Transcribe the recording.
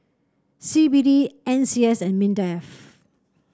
C B D N C S and Mindef